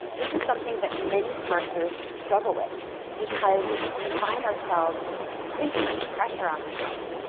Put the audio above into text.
this is something that many marketers struggle with because we find ourselves putting too much pressure on ourselves,